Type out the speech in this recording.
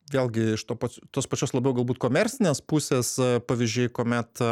vėlgi iš to pats tos pačios labiau galbūt komercinės pusės pavyzdžiai kuomet